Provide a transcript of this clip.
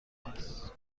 است